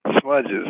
Smudges